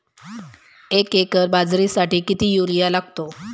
एक एकर बाजरीसाठी किती युरिया लागतो?